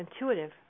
intuitive